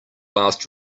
last